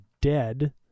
dead